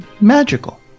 magical